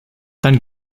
dann